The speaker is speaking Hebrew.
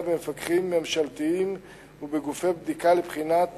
במפקחים ממשלתיים ובגופי בדיקה לבחינת